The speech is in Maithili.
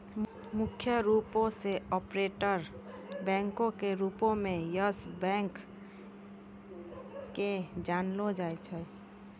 मुख्य रूपो से कार्पोरेट बैंको के रूपो मे यस बैंक के जानलो जाय छै